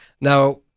Now